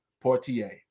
Portier